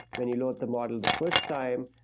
when you load the model the first time,